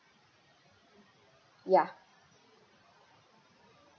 ya